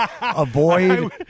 Avoid